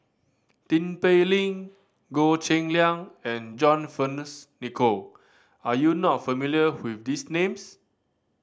Tin Pei Ling Goh Cheng Liang and John Fearns Nicoll are you not familiar with these names